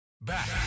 Back